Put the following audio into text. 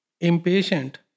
impatient